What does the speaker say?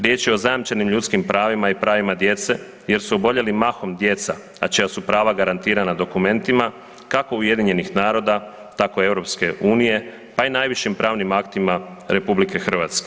Riječ je o zajamčenim ljudskim pravima i pravima djece jer su oboljeli mahom djeca, a čija su prava garantirana dokumentima, kako UN-a, tako EU, pa i najvišim pravnim aktima RH.